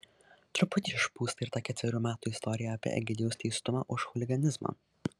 truputį išpūsta ir ta ketverių metų istorija apie egidijaus teistumą už chuliganizmą